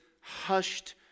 hushed